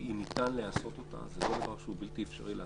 ניתן לעשות את זה, זה לא דבר בלתי אפשרי לעשייה.